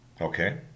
Okay